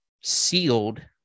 sealed